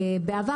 בעבר,